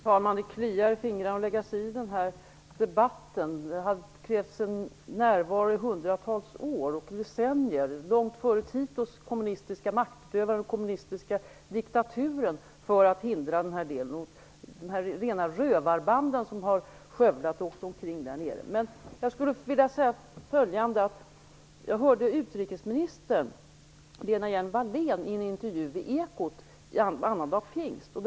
Fru talman! Det kliar fingrarna att lägga sig i den här debatten. Det hade krävts en närvaro i hundratals år, långt före Titos kommunistiska maktutövare och den kommunistiska diktaturen, för att hindra detta och de rena rövarbanden som har skövlat och åkt omkring där nere. Jag skulle vilja säga följande. Jag hörde utrikesminister Lena Hjelm-Wallén i en intervju i Ekot på annandag pingst.